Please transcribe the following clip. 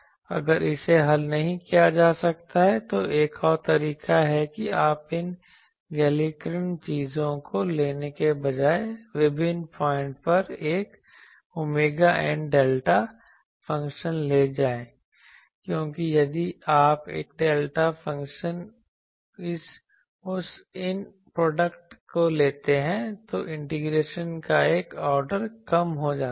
अगर इसे हल नहीं किया जा सकता है तो एक और तरीका है कि आप इन गैलेर्किन चीजों को लेने के बजाय विभिन्न पॉइंट पर एक ωn डेल्टा फ़ंक्शन ले जाएं क्योंकि यदि आप डेल्टा फ़ंक्शन उस इनर प्रोडक्ट को लेते हैं तो इंटीग्रेशन का एक ऑर्डर कम होता है